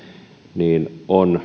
niin